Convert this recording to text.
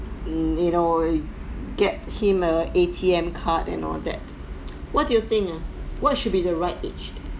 you know get him a A_T_M card and all that what do you think ah what should be the right age